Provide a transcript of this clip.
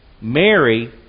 Mary